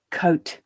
coat